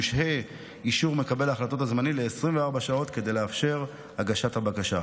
יושהה אישור מקבל ההחלטות הזמני ל-24 שעות כדי לאפשר את הגשת הבקשה,